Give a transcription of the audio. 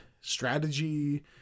strategy